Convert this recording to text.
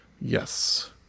Yes